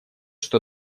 что